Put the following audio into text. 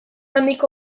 handiko